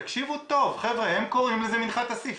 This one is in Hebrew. תקשיבו טוב הם קוראים לזה "מנחת אסיף".